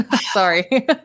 sorry